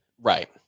Right